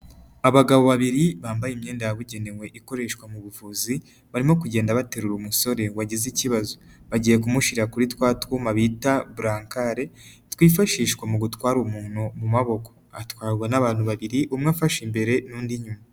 Abagabo babiri bambaye imyenda yabugenewe ikoreshwa mu buvuzi barimo kugenda baterura umusore wagize ikibazo bagiye kumushyi kuri twa twuma bita burankare twifashishwa mu gutwara umuntu mu maboko, atwarwa n'abantu babiri umwe afashe imbere n'undi inyuma.